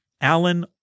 Alan